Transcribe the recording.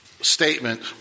statement